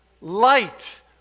light